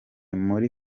muri